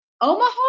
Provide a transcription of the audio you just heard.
Omaha